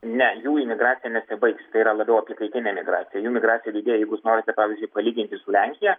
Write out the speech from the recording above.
ne jų imigracija nesibaigs tai yra labiau apykaitinė migracija jų migracija didėja jeigu jūs norite pavyzdžiui palyginti su lenkija